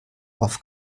auf